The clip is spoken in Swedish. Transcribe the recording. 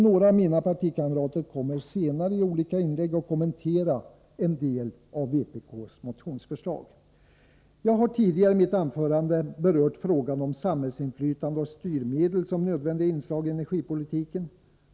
Några av mina partikamrater kommer senare i olika inlägg att kommentera en del av vpk:s motionsförslag. Jag har tidigare i mitt anförande berört frågan om samhällsinflytande och styrmedel som nödvändiga inslag i energipolitiken.